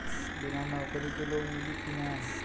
बिना नौकरी के लोन मिली कि ना?